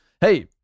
hey